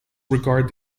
regard